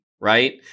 right